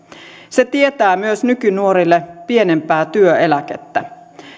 se tietää myös nykynuorille pienempää työeläkettä